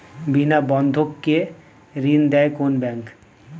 বিনা বন্ধক কে ঋণ দেয় কোন ব্যাংক?